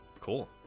cool